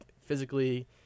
physically